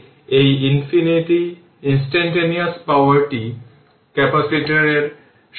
তার মানে i t I0 e এর পাওয়ার R t L এটি হল ইকুয়েশন 623 এবং 6 অধ্যায়